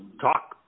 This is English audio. Talk